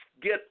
Get